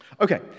Okay